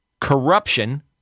corruption